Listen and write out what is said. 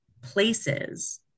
places